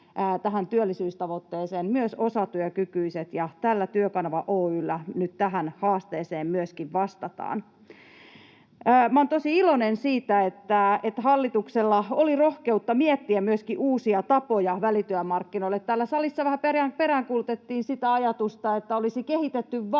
työllisyystavoitteeseen myös osatyökykyiset, ja tällä Työkanava Oy:llä nyt tähän haasteeseen myöskin vastataan. Minä olen tosi iloinen siitä, että hallituksella oli rohkeutta miettiä myöskin uusia tapoja välityömarkkinoille. Täällä salissa vähän peräänkuulutettiin sitä ajatusta, että olisi kehitetty